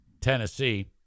Tennessee